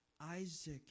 Isaac